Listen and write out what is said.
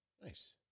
Nice